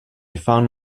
found